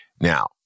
Now